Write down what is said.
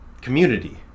community